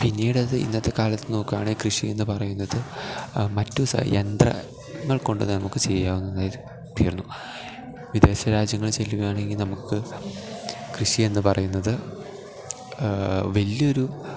പിന്നീടത് ഇന്നത്തെക്കാലത്ത് നോക്കുകയാണെങ്കിൽ കൃഷിയെന്നു പറയുന്നത് മറ്റു യന്ത്രങ്ങൾ കൊണ്ട് നമുക്ക് ചെയ്യാവുന്നത് തീർന്നു വിദേശരാജ്യങ്ങളിൽ ചെല്ലുകയാണെങ്കിൽ നമുക്ക് കൃഷി എന്നു പറയുന്നത് വലിയൊരു